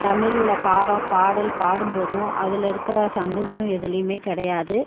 தமிழில் பாடம் பாடல் பாடும் போதும் அதில் இருக்கிற சந்தோஷம் எதுலேயுமே கிடயாது